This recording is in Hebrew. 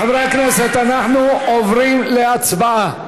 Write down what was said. חברי הכנסת, אנחנו עוברים להצבעה.